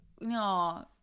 no